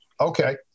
Okay